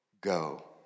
go